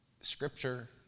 scripture